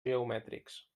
geomètrics